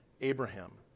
Abraham